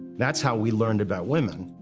that's how we learned about women.